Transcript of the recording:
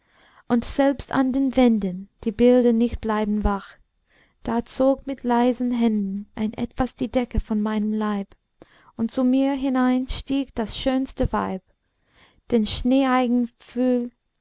und selbst an den wänden die bilder nicht bleiben wach da zog mit leisen händen ein etwas die decke von meinem leib und zu mir hinein stieg das schönste weib den